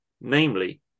namely